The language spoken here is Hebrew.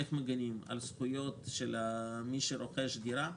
איך מגנים על זכויות של מי שרוכש דירה.